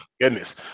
Goodness